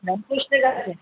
ল্যাম্পপোস্টের কাছে